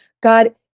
God